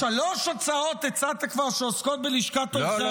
שלוש הצעות הצעת כבר שעוסקות בלשכת עורכי הדין?